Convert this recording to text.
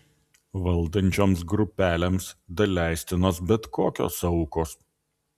valdančioms grupelėms daleistinos bet kokios aukos